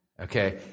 Okay